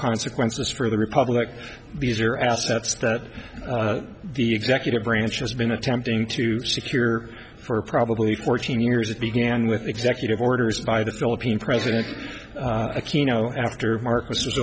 consequences for the republic these are assets that the executive branch has been attempting to secure for probably fourteen years it began with executive orders by the philippine president aquino after marcus was